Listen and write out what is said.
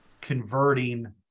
converting